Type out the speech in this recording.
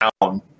down